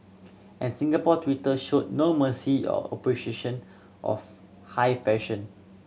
and Singapore Twitter showed no mercy or appreciation of high fashion